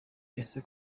ese